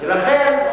לכן,